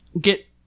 get